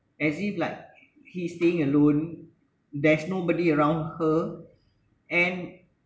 as if like he is staying alone there is nobody around her and